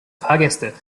fahrgäste